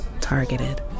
targeted